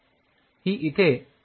ही इथे अशी इंटरॅक्शन होते